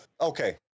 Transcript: okay